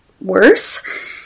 worse